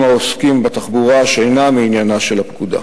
העוסקים בתחבורה שאינם מעניינה של הפקודה.